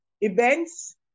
events